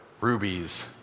rubies